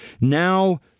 Now